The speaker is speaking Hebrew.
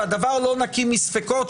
שהדבר לא נקי מספיקות,